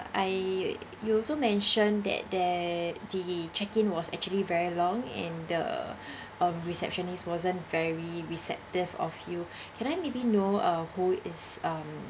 I you also mention that there the check in was actually very long and the um receptionist wasn't very receptive of you can I maybe know uh who is um